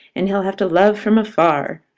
and he'll have to love from afar.